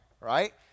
right